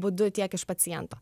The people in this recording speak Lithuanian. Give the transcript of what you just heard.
būdu tiek iš paciento